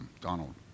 Donald